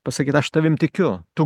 pasakyt aš tavimi tikiu tu